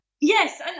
Yes